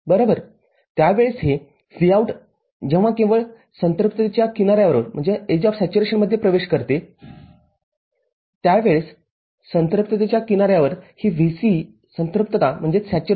तर त्यावेळेस हे Vout जेव्हा केवळ संपृक्ततेच्या किनाऱ्यावर प्रवेश करतेत्यावेळेस संपृक्ततेच्या किनाऱ्यावर ही VCE संपृक्तता आहे बरोबर